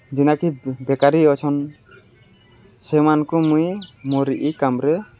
ଯେନ୍ତାକି ବେକାରୀ ଅଛନ୍ ସେମାନକୁ ମୁଇଁ ମୋର୍ ଇ କାମ୍ରେ